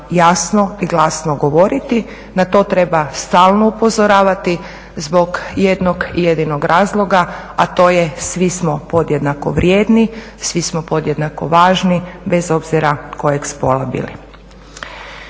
jasno i glasno govoriti, na to treba stalno upozoravati zbog jednog jedinog razloga, a to je svi smo podjednako vrijedni, svi smo podjednako važni, bez obzira kojeg spola bili.